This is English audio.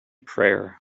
prayer